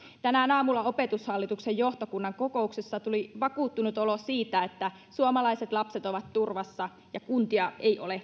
tänään aamulla opetushallituksen johtokunnan kokouksessa tuli vakuuttunut olo siitä että suomalaiset lapset ovat turvassa ja kuntia ei ole